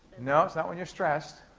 and no, it's not when you're stressed.